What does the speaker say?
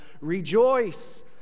rejoice